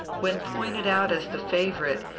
when pointed out as the favourite,